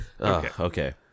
Okay